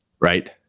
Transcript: Right